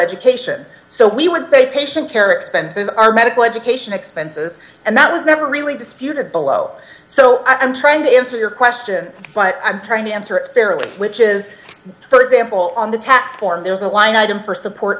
education so we would say patient care expenses are medical education expenses and that was never really disputed below so i'm trying to answer your question but i'm trying to answer it fairly which is for example on the tax form there's a line item for support